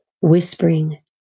whispering